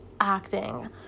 acting